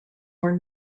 were